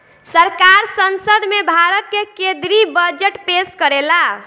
सरकार संसद में भारत के केद्रीय बजट पेस करेला